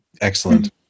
excellent